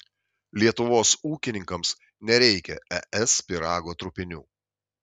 lietuvos ūkininkams nereikia es pyrago trupinių